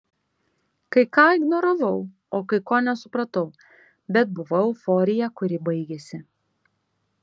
kai ką ignoravau o kai ko nesupratau bet buvo euforija kuri baigėsi